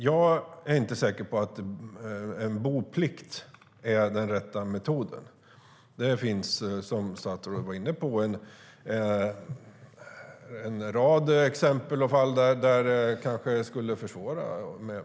Jag är inte säker på att en boplikt är den rätta metoden. Det finns - som statsrådet var inne på - en rad exempel på fall där en boplikt skulle försvåra.